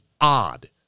odd